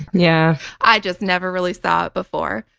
yeah i just never really saw it before.